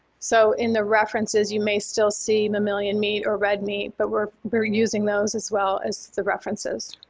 so in the references, you may still see mammalian meat or red meat, but we're we're using those as well as the references.